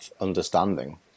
understanding